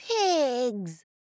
Pigs